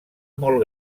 molt